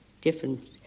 different